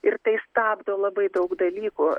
ir tai stabdo labai daug dalykų